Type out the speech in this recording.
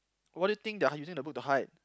what do you think they are using the boot to hide